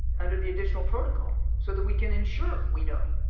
under the additional protocol so that we can ensure we know